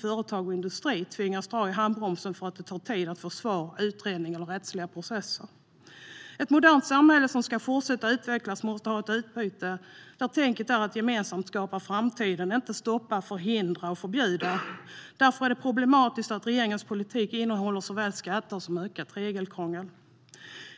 Företag och industri ska inte behöva dra i handbromsen för att det tar tid att få svar eller för att det tar tid på grund av utredning eller rättsliga processer. Ett modernt samhälle som ska fortsätta att utvecklas måste ha ett utbyte där tänket är att gemensamt skapa framtiden, inte att stoppa, förhindra och förbjuda. Därför är det problematiskt att regeringens politik innehåller såväl skatter som ökat regelkrångel.